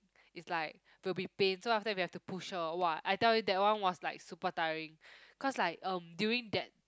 is like will be pain so after that we have to push her !wah! I tell you that one was like super tiring cause like um during that